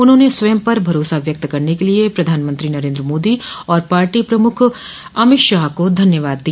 उन्होंने स्वयं पर भरोसा व्यक्त करने के लिए प्रधानमंत्री नरेन्द्र मोदी और पार्टी प्रमुख अमित शाह को धन्यवाद दिया